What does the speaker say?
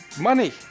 money